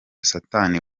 satani